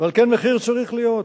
ועל כן מחיר צריך להיות.